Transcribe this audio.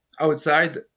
outside